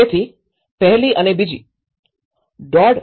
તેથી પહેલી અને બીજી ૧